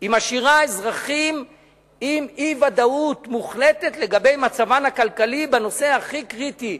היא משאירה אזרחים באי-ודאות מוחלטת לגבי מצבם הכלכלי בנושא הכי קריטי,